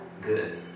good